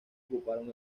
ocuparon